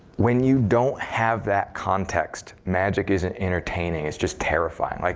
when you don't have that context, magic isn't entertaining. it's just terrifying. like